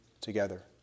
together